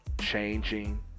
changing